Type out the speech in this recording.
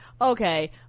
okay